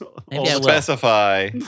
Specify